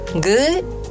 Good